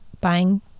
buying